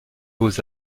beaux